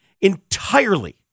entirely